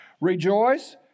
Rejoice